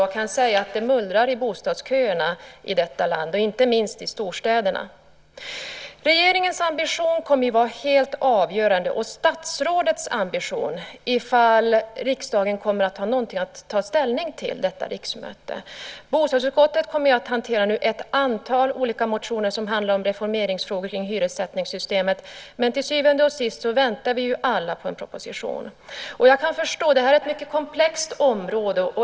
Jag kan säga att det mullrar i bostadsköerna i detta land, inte minst i storstäderna. Regeringens och statsrådets ambition kommer att vara helt avgörande för om riksdagen kommer att ha någonting att ta ställning till detta riksmöte. Bostadsutskottet kommer att hantera ett antal olika motioner som handlar om reformering av hyressättningssystemet. Men till syvende och sist väntar vi alla på en proposition. Jag kan förstå att det här är ett mycket komplext område.